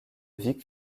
vic